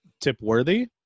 tip-worthy